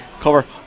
cover